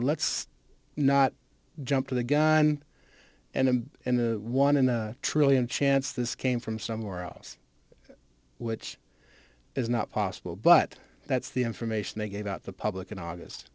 let's not jump the gun and in the one in a trillion chance this came from somewhere else which is not possible but that's the information they gave out the public in